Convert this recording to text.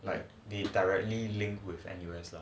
like the directly linked with N_U_S